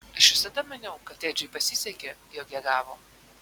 aš visada maniau kad edžiui pasisekė jog ją gavo